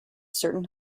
certain